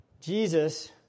Jesus